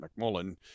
McMullen